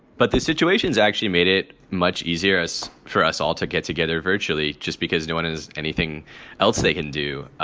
but the situation's actually made it much easier as for us all to get together virtually just because no one has anything else they can do.